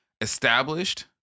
established